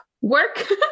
work